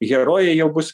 herojai jau bus